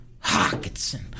Hawkinson